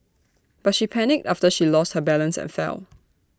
but she panicked after she lost her balance and fell